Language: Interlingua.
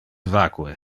vacue